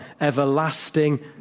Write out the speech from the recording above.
everlasting